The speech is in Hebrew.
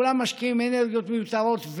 כולם משקיעים אנרגיות מיותרות,